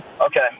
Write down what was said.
Okay